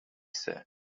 said